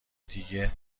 دیگه